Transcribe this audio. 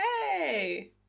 Hey